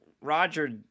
Roger